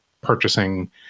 purchasing